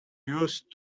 used